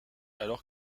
alors